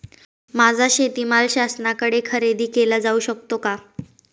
माझा शेतीमाल शासनाकडे खरेदी केला जाऊ शकतो का?